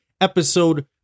episode